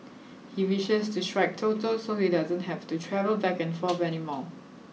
he wishes to strike Toto so he doesn't have to travel back and forth any more